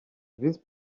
visi